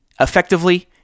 effectively